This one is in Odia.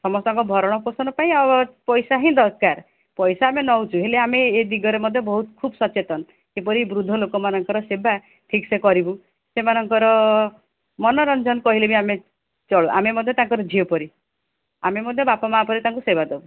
ସମସ୍ତଙ୍କ ଭରଣପୋଷଣ ପାଇଁ ଆଉ ପଇସା ହିଁ ଦରକାର ପଇସା ଆମେ ନେଉଛୁ ହେଲେ ଆମେ ଏ ଦିଗରେ ମଧ୍ୟ ବହୁତ ଖୁବ୍ ସଚେତନ ଯେପରି ବୃଦ୍ଧ ଲୋକମାନଙ୍କର ସେବା ଠିକ୍ ସେ କରିବୁ ସେମାନଙ୍କର ମନୋରଞ୍ଜନ କହିଲେ ବି ଆମେ ଚଳୁ ଆମେ ମଧ୍ୟ ତାଙ୍କର ଝିଅ ପରି ଆମେ ମଧ୍ୟ ବାପା ମାଆ ପରି ତାଙ୍କୁ ସେବା ଦେବୁ